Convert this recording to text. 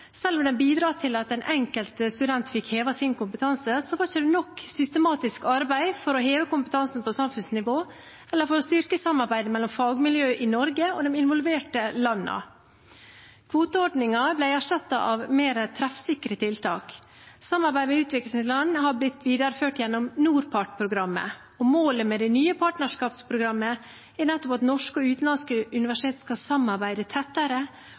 Selv om den har bidratt til at den enkelte student fikk hevet sin kompetanse, så var det ikke nok systematisk arbeid for å heve kompetansen på samfunnsnivå eller for å styrke samarbeidet mellom fagmiljøet i Norge og de involverte landene. Kvoteordningen ble erstattet av mer treffsikre tiltak. Samarbeidet med utviklingsland har blitt videreført gjennom NORPART-programmet. Målet med det nye partnerskapsprogrammet er nettopp at norske og utenlandske universiteter skal samarbeide tettere